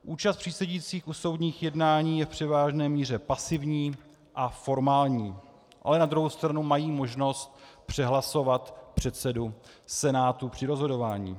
Účast přísedících u soudních jednání je v převážné míře pasivní a formální, ale na druhou stranu mají možnost přehlasovat předsedu senátu při rozhodování.